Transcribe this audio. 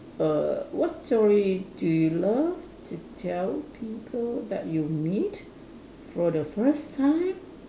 err what story do you love to tell people that you meet for the first time